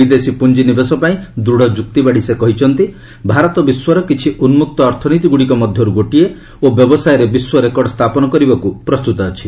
ବିଦେଶୀ ପୁଞ୍ଜି ନିବେଶ ପାଇଁ ଦୃଢ଼ ଯୁକ୍ତି ବାଢ଼ି ସେ କହିଛନ୍ତି ଭାରତ ବିଶ୍ୱର କିଛି ଉନ୍ଦୁକ୍ତ ଅର୍ଥନୀତିଗୁଡ଼ିକ ମଧ୍ୟରୁ ଗୋଟିଏ ଓ ବ୍ୟବସାୟରେ ବିଶ୍ୱ ରେକର୍ଡ ସ୍ଥାପନ କରିବାକୁ ପ୍ରସ୍ତୁତ ଅଛି